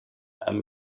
and